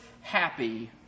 happy